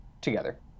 together